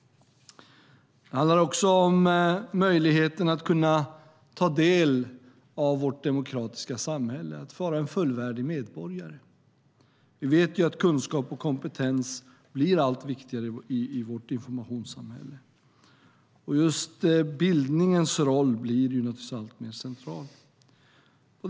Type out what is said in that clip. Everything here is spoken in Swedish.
Det handlar också om möjligheten att ta del av vårt demokratiska samhälle, att vara en fullvärdig medborgare. Vi vet ju att kunskap och kompetens blir allt viktigare i vårt informationssamhälle, och just bildningens roll blir alltmer central.